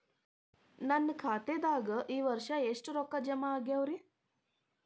ನನ್ನ ಖಾತೆದಾಗ ಈ ವರ್ಷ ಎಷ್ಟು ರೊಕ್ಕ ಜಮಾ ಆಗ್ಯಾವರಿ?